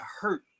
hurt